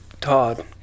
Todd